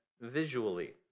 visually